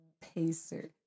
pacer